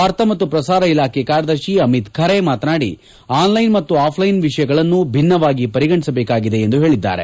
ವಾರ್ತಾ ಮತ್ತು ಪ್ರಸಾರ ಇಲಾಖೆ ಕಾರ್ಯದರ್ಶಿ ಅಮಿತ್ ಖರೆ ಮಾತನಾಡಿ ಆನ್ಲೈನ್ ಮತ್ತು ಆಫ್ಲೈನ್ ವಿಷಯಗಳನ್ನು ಭಿನ್ನವಾಗಿ ಪರಿಗಣಿಸಬೇಕಾಗಿದೆ ಎಂದು ಹೇಳಿದ್ದಾರೆ